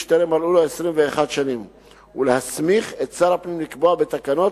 שטרם מלאו לו 21 ולהסמיך את שר הפנים לקבוע בתקנות,